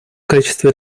качестве